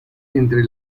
entre